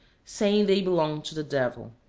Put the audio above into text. saying they belong to the devil.